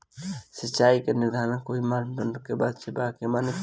सिचाई निर्धारण के कोई मापदंड भी बा जे माने के चाही?